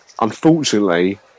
Unfortunately